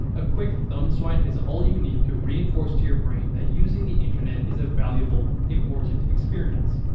a quick thumb swipe is all you need to reinforce to your brain that using the internet is a valuable, important experience.